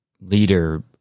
leader